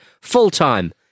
Full-time